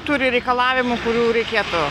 turi reikalavimų kurių reikėtų